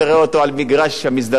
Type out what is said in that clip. גם אורלי בטח מסכימה אתי,